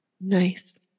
Nice